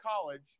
college